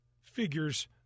figures